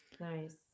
Nice